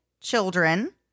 children